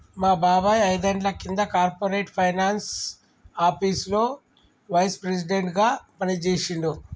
మా బాబాయ్ ఐదేండ్ల కింద కార్పొరేట్ ఫైనాన్స్ ఆపీసులో వైస్ ప్రెసిడెంట్గా పనిజేశిండు